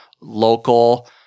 local